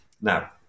Now